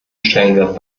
stellenwert